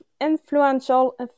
influential